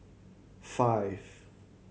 five